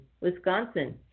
Wisconsin